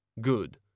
Good